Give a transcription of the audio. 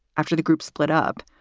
after the group split up,